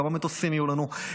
כמה מטוסים יהיו לנו.